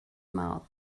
mouth